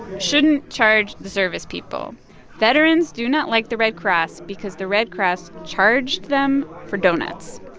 shouldn't charge the service people veterans do not like the red cross because the red cross charged them for donuts.